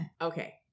okay